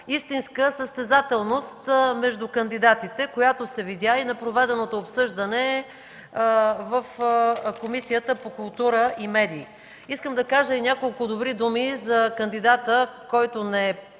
истинска състезателност между кандидатите, която се видя и на проведеното обсъждане в Комисията по културата и медии. Искам да кажа и няколко добри думи за кандидата, който не